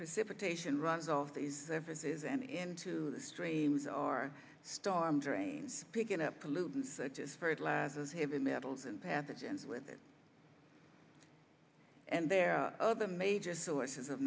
precipitation runs all of these services and into the streams or storm drains picking up pollutants such as fertilizers heavy metals and pathogens with it and there are other major sources of